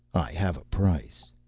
i have a price.